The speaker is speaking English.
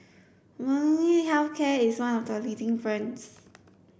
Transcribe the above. Molnylcke health care is one of the leading brands